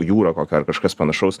jūrą kokią ar kažkas panašaus